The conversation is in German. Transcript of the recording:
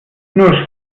nur